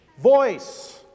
voice